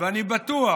ואני בטוח